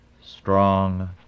strong